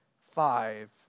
five